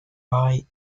eye